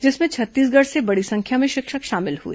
जिसमें छत्तीसगढ़ से बड़ी संख्या में शिक्षक शामिल हुए